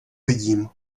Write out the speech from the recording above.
vidím